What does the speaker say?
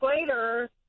later